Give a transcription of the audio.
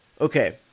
Okay